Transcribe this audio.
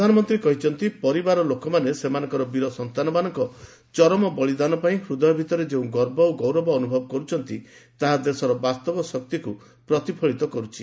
ପ୍ରଧାନମନ୍ତ୍ରୀ କହିଛନ୍ତି ପରିବାର ଲୋକମାନେ ସେମାନଙ୍କର ବୀର ସନ୍ତାନମାନଙ୍କ ଚରମ ବଳିଦାନ ପାଇଁ ହୃଦୟ ଭିତରେ ଯେଉଁ ଗର୍ବ ଓ ଗୌରବ ଅନୁଭବ କରୁଛନ୍ତି ତାହା ଦେଶର ବାସ୍ତବ ଶକ୍ତିକୁ ପ୍ରତିଫଳିତ କରୁଛି